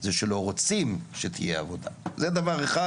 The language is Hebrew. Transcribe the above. זה שלא רוצים שתהיה עבודה וזה דבר אחד